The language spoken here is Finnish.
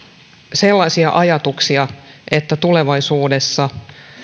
sellaisia ajatuksia että tulevaisuudessa